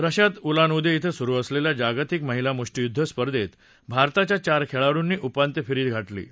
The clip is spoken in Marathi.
रशियात उलान उदे इथं सुरु असलेल्या जागतिक महिला मृष्टीयुद्ध स्पर्धेत भारताच्या चार खेळाडूंनी उपांत्य फेरीत धडक मारली आहे